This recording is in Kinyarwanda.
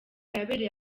yabereye